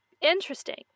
interesting